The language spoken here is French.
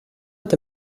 est